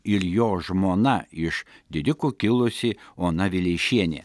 ir jo žmona iš didikų kilusi ona vileišienė